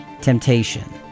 temptation